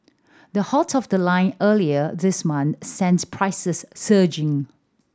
the halt of the line earlier this month sent prices surging